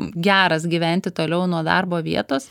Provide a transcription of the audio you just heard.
geras gyventi toliau nuo darbo vietos